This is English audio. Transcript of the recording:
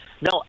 No